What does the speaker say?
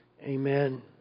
Amen